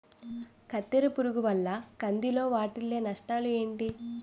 కత్తెర పురుగు వల్ల కంది లో వాటిల్ల నష్టాలు ఏంటి